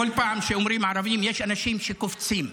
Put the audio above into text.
כל פעם שאומרים "ערבים" יש אנשים שקופצים.